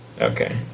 Okay